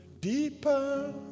deeper